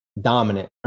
dominant